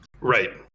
right